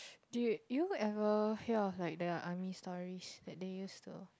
dude do you ever hear of like the army stories that they used to